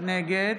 נגד